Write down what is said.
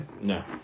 No